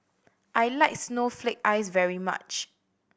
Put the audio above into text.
I like snowflake ice very much